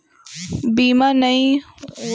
बीमा नइ होय रहें ले पुलिस मन ओ गाड़ी के चलान ठोंक देथे